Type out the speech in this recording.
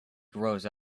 grows